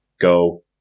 go